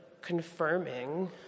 confirming